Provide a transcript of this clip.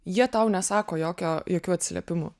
jie tau nesako jokio jokių atsiliepimų